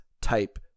type